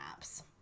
apps